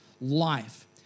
life